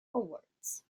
awards